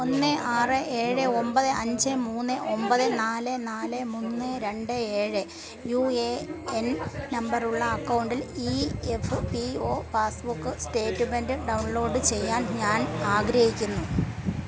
ഒന്ന് ആറ് ഏഴ് ഒൻപത് അഞ്ച് മൂന്ന് ഒൻപത് നാല് നാല് മൂന്ന് രണ്ട് ഏഴ് യു എ എൻ നമ്പർ ഉള്ള അക്കൗണ്ടിൽ ഈ F P O passbook statement download ചെയ്യാൻ ഞാൻ ആഗ്രഹിക്കുന്നു